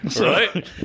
Right